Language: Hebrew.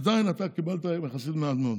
עדיין אתה קיבלת יחסית מעט מאוד.